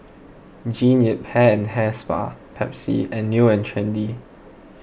Jean Yip Hair and Hair Spa Pepsi and New and Trendy